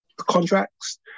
contracts